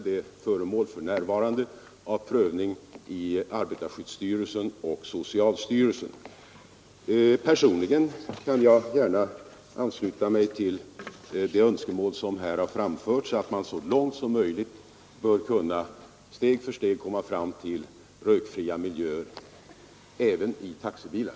Det är för närvarande föremål för prövning i arbetar Personligen kan jag ansluta mig till det önskemål som har framförts att man så långt som möjligt steg för steg bör kunna komma fram till rökfria miljöer även i taxibilar.